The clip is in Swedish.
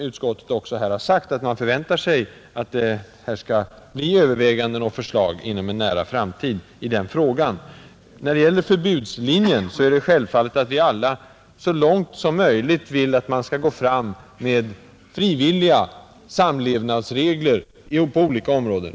Utskottet är ju enigt om att man förväntar sig att frågorna blir föremål för närmare överväganden och förslag inom en nära framtid. När det gäller frågan om förbud eller inte är det självklart att vi alla så långt möjligt vill gå fram med frivilliga samlevnadsregler på olika områden.